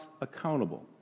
accountable